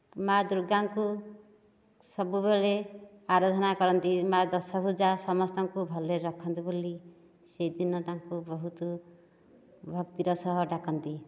ମା' ଦୂର୍ଗାଙ୍କୁ ସବୁବେଳେ ଆରଧନା କରନ୍ତି ମା' ଦଶଭୁଜା ସମସ୍ତଙ୍କୁ ଭଲରେ ରଖନ୍ତୁ ବୋଲି ସେଇଦିନ ତାଙ୍କୁ ବହୁତ ଭକ୍ତିର ସହ ଡାକନ୍ତି